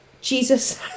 Jesus